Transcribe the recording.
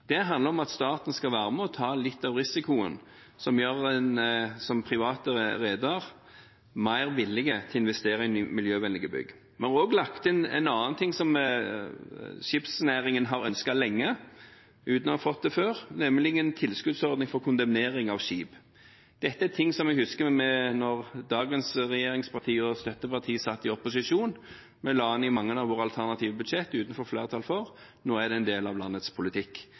Det handler om at staten skal være med og ta litt av risikoen, som gjør private redere mer villige til å investere i miljøvennlige bygg. Vi har også lagt inn en annen ting som skipsfartsnæringen har ønsket lenge uten å ha fått det, nemlig en tilskuddsordning for kondemnering av skip. Dette er ting som jeg husker at dagens regjeringspartier og støttepartier da vi satt i opposisjon, la inn i mange av våre alternative budsjetter uten å få flertall for. Nå er det en del av landets politikk